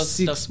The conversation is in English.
six